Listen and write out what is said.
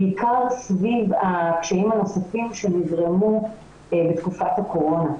בעיקר סביב הקשיים הנוספים שנגרמו בתקופת הקורונה.